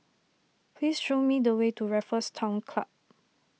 please show me the way to Raffles Town Club